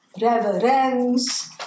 Reverence